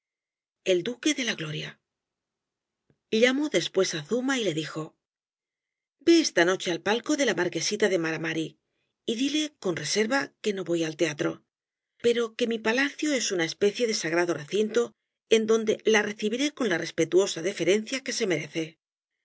el s o l llamó después á zuma y le dijo v e esta noche al palco de la marquesita de mara mari y dile con reserva que no voy al teatro pero que mi palacio es una especie de sagrado recinto en donde la recibiré con la respetuosa deferencia que se merece sabe